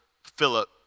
Philip